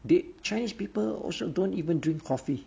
the chinese people also don't even drink coffee